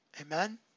Amen